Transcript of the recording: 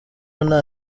nta